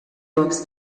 books